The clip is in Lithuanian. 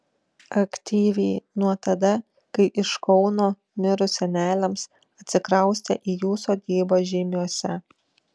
aktyviai nuo tada kai iš kauno mirus seneliams atsikraustė į jų sodybą žeimiuose